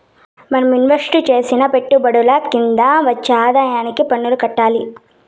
మనం ఇన్వెస్టు చేసిన పెట్టుబడుల కింద వచ్చే ఆదాయానికి పన్నులు కట్టాలి